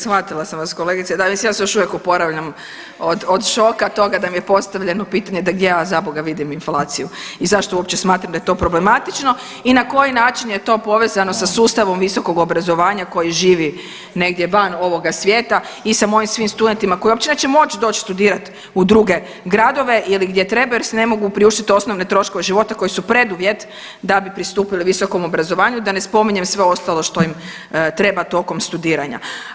Shvatila sam vas kolegice, da mislim ja se još uvijek oporavljam od, od šoka toga da mi je postavljeno pitanje da gdje ja zaboga vidim inflaciju i zašto uopće smatram da je to problematično i na koji način je to povezano sa sustavom visokog obrazovanja koji živi negdje van ovoga svijeta i sa mojim svim studentima koji uopće neće moć doć studirat u druge gradove ili gdje treba jer si ne mogu priuštit osnovne troškove života koji su preduvjet da bi pristupili visokom obrazovanju, da ne spominjem sve ostalo što im treba tokom studiranja.